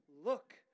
Look